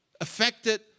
affected